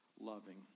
loving